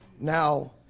Now